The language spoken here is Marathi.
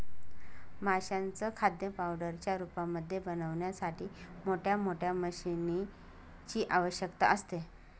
माशांचं खाद्य पावडरच्या रूपामध्ये बनवण्यासाठी मोठ मोठ्या मशीनीं ची आवश्यकता असते